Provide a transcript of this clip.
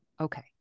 okay